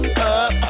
up